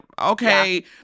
okay